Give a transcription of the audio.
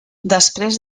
després